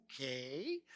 Okay